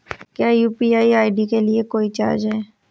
क्या UPI ID के लिए कोई चार्ज है?